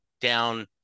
down